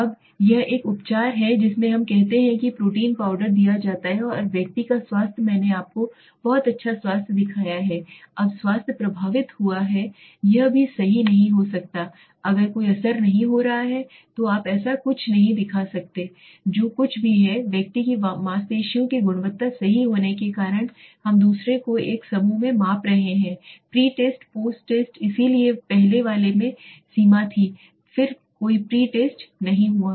अब यह एक उपचार है जिसमें हम कहते हैं कि एक प्रोटीन पाउडर दिया जाता है और व्यक्ति का स्वास्थ्य मैंने आपको बहुत अच्छा स्वास्थ्य दिखाया है अब स्वास्थ्य प्रभावित हुआ है यह भी सही नहीं हो सकता है कोई असर नहीं हो रहा है तो आप ऐसा कुछ भी नहीं दिखा सकते हैं जो कुछ भी है व्यक्ति की मांसपेशियों की गुणवत्ता सही होने के कारण हम दूसरे को एक समूह में माप रहे हैं प्री टेस्ट पोस्ट टेस्ट इसलिए पहले वाले में सीमा थी फिर कोई प्री टेस्ट नहीं हुआ